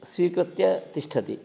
स्वीकृत्य तिष्ठति